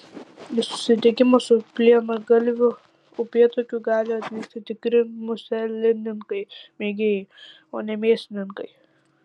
į susitikimą su plienagalviu upėtakiu gali atvykti tikri muselininkai mėgėjai o ne mėsininkai